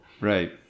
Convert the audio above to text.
Right